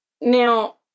Now